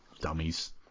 Dummies